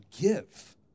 give